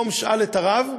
"שאל את הרב"